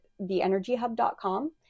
theenergyhub.com